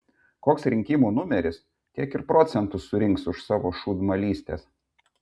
koks rinkimų numeris tiek ir procentų surinks už savo šūdmalystes